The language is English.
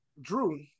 Drew